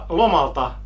lomalta